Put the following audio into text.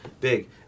Big